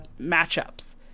matchups